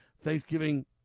Thanksgiving